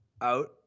out